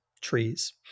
trees